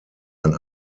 ein